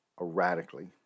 erratically